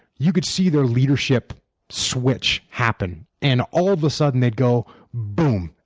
you could see their leadership switch happen, and all of a sudden they'd go boom.